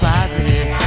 Positive